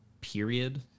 period